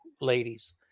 ladies